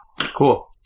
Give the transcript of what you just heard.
cool